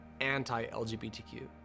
anti-LGBTQ